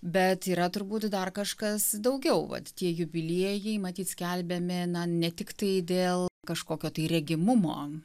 bet yra turbūt dar kažkas daugiau vat tie jubiliejai matyt skelbiami na ne tiktai dėl kažkokio tai regimumo